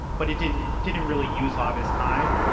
but it didn't didn't really use lavas time.